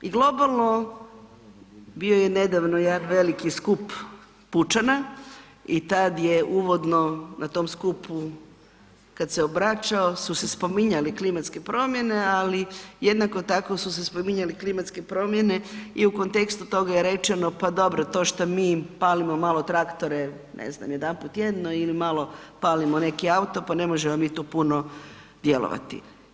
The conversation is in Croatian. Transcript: I globalno bio je nedavno jedan veliki skup pučana i tad je uvodno na tom skupu kad se obraćao su se spominjali klimatske promjene, ali jednako tako su se spominjale klimatske promjene i u kontekstu toga je rečeno, pa dobro to što mi palimo malo traktore ne znam, jedanput tjedno ili malo palimo neki auto pa ne možemo mi tu puno djelovati.